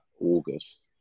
August